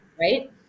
Right